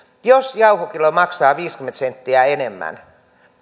jos jauhokilo maksaa viisikymmentä senttiä enemmän